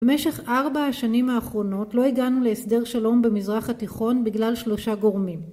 במשך ארבע השנים האחרונות לא הגענו להסדר שלום במזרח התיכון בגלל שלושה גורמים.